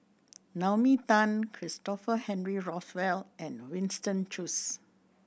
Naomi Tan Christopher Henry Rothwell and Winston Choos